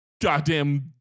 goddamn